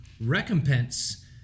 recompense